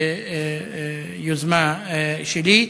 ביוזמה שלי.